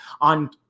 on